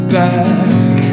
back